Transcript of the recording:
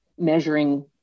measuring